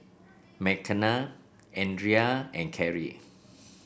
Mckenna Adria and Karrie